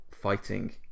fighting